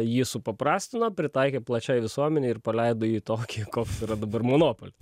jį supaprastino pritaikė plačiai visuomenei ir paleido jį tokį koks yra dabar monopol